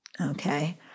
okay